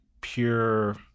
pure